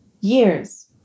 years